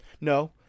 No